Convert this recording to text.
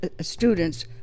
students